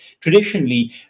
Traditionally